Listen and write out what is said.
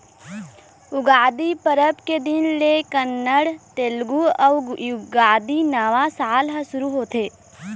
उगादी परब के दिन ले कन्नड़, तेलगु अउ युगादी के नवा साल ह सुरू होथे